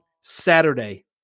Saturday